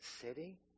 city